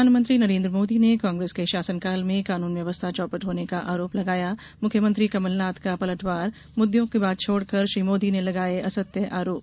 प्रधानमंत्री नरेन्द्र मोदी ने कांग्रेस के शासनकाल में कानून व्यवस्था चौपट होने का आरोप लगाया मुख्यमंत्री कमलनाथ का पलटवार मुददों की बात छोड़कर श्री मोदी ने लगाये असत्य आरोप